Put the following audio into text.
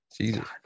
Jesus